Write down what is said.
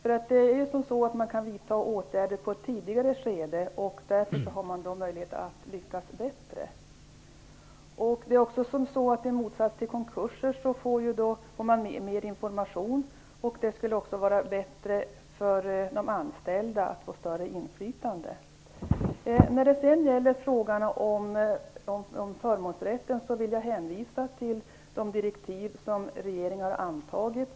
Man kan nämligen vidta åtgärder i ett tidigare skede och har därför möjlighet att lyckas bättre. I motsats till hur det är vid konkurser får man också mer information. Det är också bättre för de anställda, som får större inflytande. När det gäller frågan om förmånsrätten vill jag hänvisa till de direktiv som regeringen har antagit.